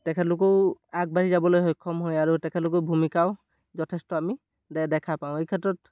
তেখেতলোকেও আগবাঢ়ি যাবলৈ সক্ষম হয় আৰু তেখেতলোকৰ ভূমিকাও যথেষ্ট আমি দে দেখা পাওঁ এই ক্ষেত্ৰত